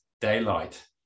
daylight